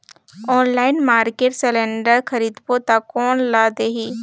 Online market cylinder खरीदबो ता कोन ला देही?